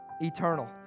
eternal